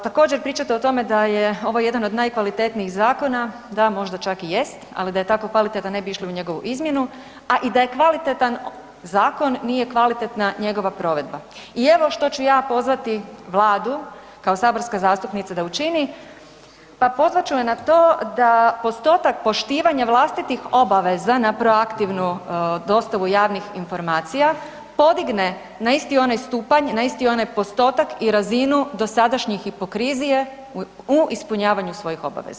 Također, pričate o tome da je ovo jedan od najkvalitetnijih zakona, da možda čak i jest, ali da je tako kvalitetan, ne bi išli u njegovu izmjenu, a i da je kvalitetan zakon, nije kvalitetna njegova provedba i evo što ću ja pozvati Vladu, kao saborska zastupnica da učini, pa pozvat ću je na to da postotak poštivanja vlastitih obaveza na proaktivnu dostavu javnih informacija, podigne na isti onaj stupanj, na isti onaj postotak i razinu dosadašnje hipokrizije u ispunjavanju svojih obaveza.